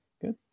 good